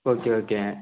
okay okay